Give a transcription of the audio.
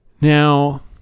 Now